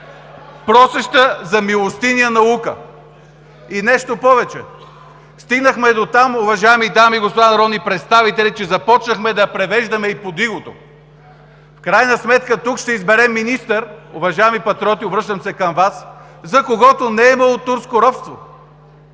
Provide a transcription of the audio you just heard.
просеща за милостиня наука. Нещо повече, стигнахме дотам, уважаеми дами и господа народни представители, че започнахме да превеждаме и „Под игото“. В крайна сметка, тук ще изберем министър, уважаеми Патриоти, обръщам се към Вас, за които не е имало турско робство.